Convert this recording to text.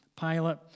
Pilate